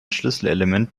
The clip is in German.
schlüsselelement